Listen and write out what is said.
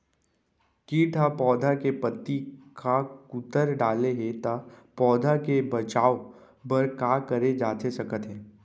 किट ह पौधा के पत्ती का कुतर डाले हे ता पौधा के बचाओ बर का करे जाथे सकत हे?